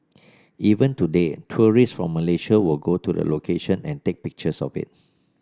even today tourist from Malaysia will go to the location and take pictures of it